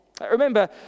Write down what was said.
Remember